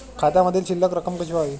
खात्यामधील शिल्लक रक्कम कशी पहावी?